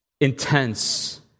intense